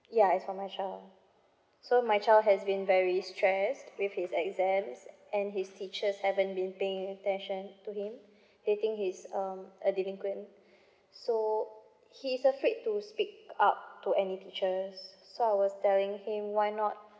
ya is for my child so my child has been very stress with his exams and his teachers haven't been paying attention to him they think he's um a delinquent so he's afraid to speak up to any teachers so I was telling him why not